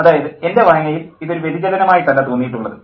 അതായത് എൻ്റെ വായനയിൽ ഇത് ഒരു വ്യതിചലനമായിട്ടല്ല തോന്നിയിട്ടുള്ളത്